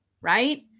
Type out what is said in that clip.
right